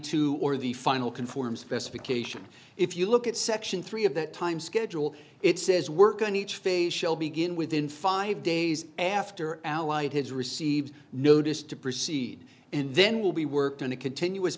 two or the final conform specification if you look at section three of that time schedule it says work on each phase shell begin within five days after allied has received notice to proceed and then will be worked on a continuous